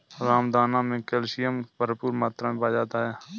रामदाना मे कैल्शियम भरपूर मात्रा मे पाया जाता है